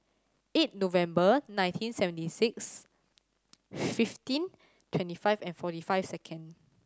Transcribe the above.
eight November nineteen seventy six fifteen twenty five and forty five second